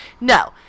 no